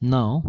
Now